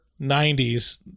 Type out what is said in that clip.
90s